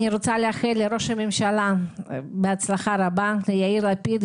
אני רוצה לאחל לראש הממשלה יאיר לפיד,